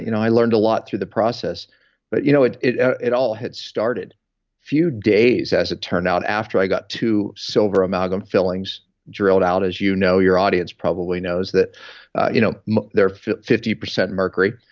you know i learned a lot through the process but you know it it all had started few days, as it turned out, after i got two silver amalgam fillings drilled out. as you know, your audience probably knows that you know they're fifty percent mercury,